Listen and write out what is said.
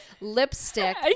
lipstick